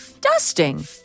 Dusting